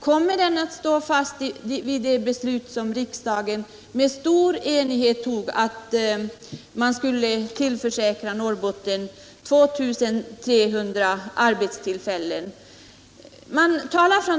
Kommer den att stå fast vid det beslut som riksdagen i stor enighet fattade, att man skulle tillförsäkra Norrbotten 2 300 nya arbetstillfällen?